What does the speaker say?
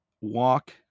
walk